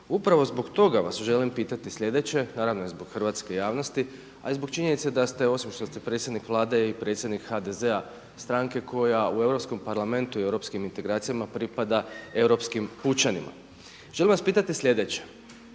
Upravo zbog toga vas želim pitati sljedeće, naravno i zbog hrvatske javnosti, a i zbog činjenice da ste osim što ste predsjednik Vlade i predsjednik HDZ-a stranke koja u Europskom parlamentu i europskim integracijama pripada europskim pučanima. Želim vas pitati sljedeće.